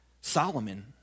Solomon